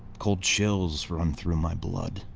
cold chills run through my blood.